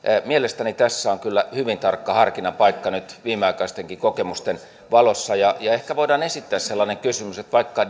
mielestäni tässä on kyllä hyvin tarkka harkinnan paikka nyt viimeaikaistenkin kokemusten valossa ja ja ehkä voidaan esittää sellainen kysymys että vaikka